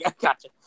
gotcha